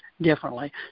differently